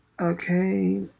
Okay